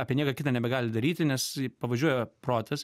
apie nieką kitą nebegali daryti nes pavažiuoja protas